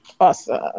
Awesome